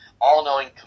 all-knowing